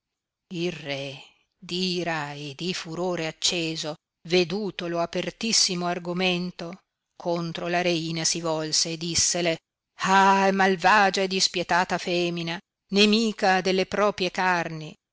il re d'ira e di furore acceso veduto lo apertissimo argomento contro la reina si volse e dissele ahi malvagia e dispietata femina nemica delle propie carni